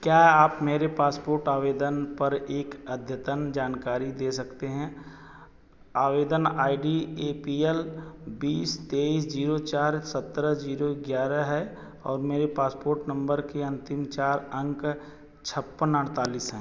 क्या आप मेरे पासपोर्ट आवेदन पर एक अद्यतन जानकारी दे सकते हैं आवेदन I D A P L बीस तेईस जीरो चार सत्रह जीरो ग्यारह है और मेरे पासपोर्ट नंबर के अंतिम चार अंक छप्पन अड़तालीस हैं